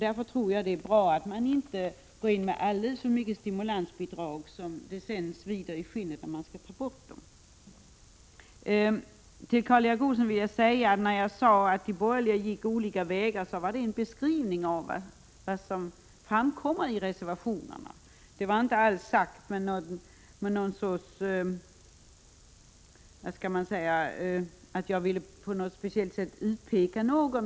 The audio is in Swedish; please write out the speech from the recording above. Därför tror jag det är bra att man inte går in med aldrig så litet stimulansbidrag, så att det sedan svider i skinnet när man tar bort det. När jag, Karl Erik Olsson, sade att de borgerliga gick olika vägar var det en beskrivning av vad som står att läsa i reservationerna. Jag ville inte på något vis speciellt utpeka någon.